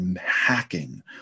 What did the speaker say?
hacking